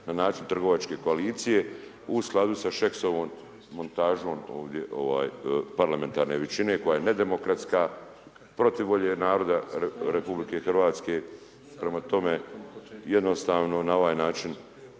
na način trgovačke koalicije u skladu sa Šeksovom montažom, ovdje ovaj parlamentarne većine koja je nedemokratska, protiv volje naroda RH, prema tome jednostavno na ovaj način,